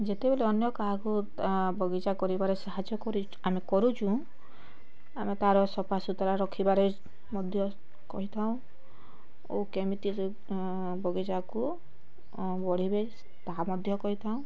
ଯେତେବେଳେ ଅନ୍ୟ କାହାକୁ ବଗିଚା କରିବାରେ ସାହାଯ୍ୟ କରି ଆମେ କରୁଛୁଁ ଆମେ ତା'ର ସଫା ସୁତୁରା ରଖିବାରେ ମଧ୍ୟ କହିଥାଉଁ ଓ କେମିତି ବଗିଚାକୁ ଗଢ଼ିବେ ତାହା ମଧ୍ୟ କହିଥାଉଁ